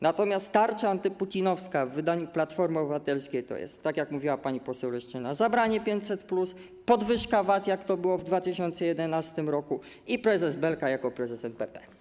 Natomiast tarcza antyputinowska w wydaniu Platformy Obywatelskiej to jest, tak jak mówiła pani poseł Leszczyna, zabranie 500+, podwyżka VAT, jak to było w 2011 r., i prezes Belka jako prezes NBP.